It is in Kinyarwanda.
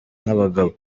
nk’abagabo